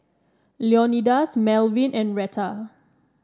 Leonidas Malvin and Retta